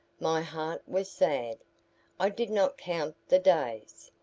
my heart was sad i did not count the days.